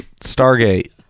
Stargate